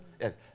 yes